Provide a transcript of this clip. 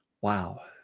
Wow